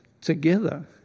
together